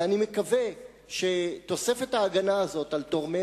ואני מקווה שתוספת ההגנה הזאת על תורמי